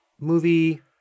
Movie